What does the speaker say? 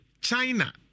China